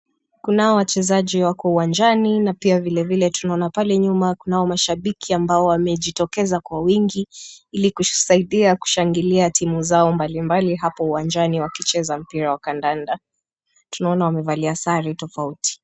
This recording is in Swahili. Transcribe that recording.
Kunao wachezaji wako uwanjani, ma pia vile vile tunaona pale nyuma kunao mashabiki ambao wamejitokeza kwa wingi. Ili kusaidia kushangilia timu zao mbalimbali hapo uwanjani wakicheza mpira wa kandanda. Tunaona wamevalia sare tofauti.